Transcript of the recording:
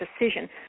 decision